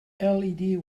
led